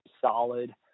solid